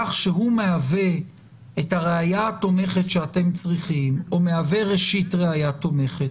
כל שהוא מהווה את הראיה התומכת שאתם צריכים או מהווה ראשית ראיה תומכת.